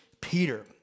Peter